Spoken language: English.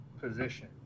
position